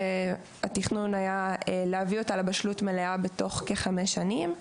כשהתכנון היה להביא אותה לבשלות מלאה בתוך כחמש שנים,